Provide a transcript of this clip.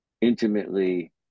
intimately